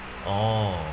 orh